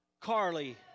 Carly